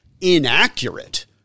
inaccurate